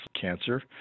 cancer